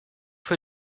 für